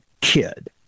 kid